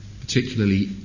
particularly